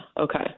Okay